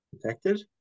protected